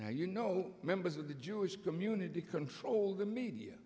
now you know members of the jewish community control the media